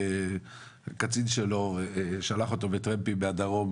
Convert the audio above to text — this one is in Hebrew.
הקצין שלו שלח אותו בטרמפים מהדרום,